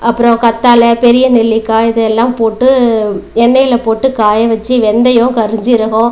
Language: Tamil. அப்புறம் கற்றாழ பெரிய நெல்லிக்காய் இது எல்லாம் போட்டு எண்ணெயில் போட்டு காய வெச்சு வெந்தயம் கருஞ்சீரகம்